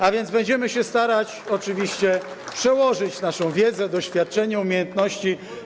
A więc będziemy się starać oczywiście przełożyć naszą wiedzę, doświadczenie, umiejętności.